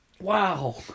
Wow